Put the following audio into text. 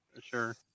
Sure